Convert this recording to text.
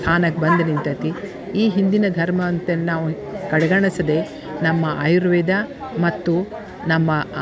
ಸ್ಥಾನಕ್ಕೆ ಬಂದು ನಿಂತೈತಿ ಈ ಹಿಂದಿನ ಧರ್ಮ ಅಂತೇನೂ ನಾವು ಕಡೆಗಣಿಸದೆ ನಮ್ಮ ಆಯುರ್ವೇದ ಮತ್ತು ನಮ್ಮ